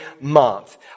month